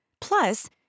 Plus